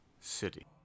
City